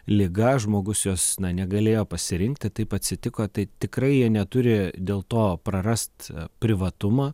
liga žmogus jos na negalėjo pasirinkti taip atsitiko tai tikrai jie neturi dėl to prarast privatumą